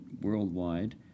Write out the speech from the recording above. worldwide